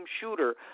shooter